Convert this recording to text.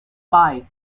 pie